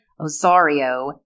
Osario